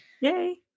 Yay